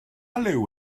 liw